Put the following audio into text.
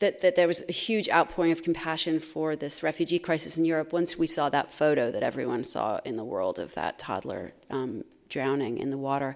that there was a huge outpouring of compassion for this refugee crisis in europe once we saw that photo that everyone saw in the world of that toddler drowning in the water